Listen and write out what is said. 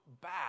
back